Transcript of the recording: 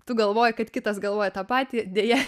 tu galvoji kad kitas galvoja tą patį deja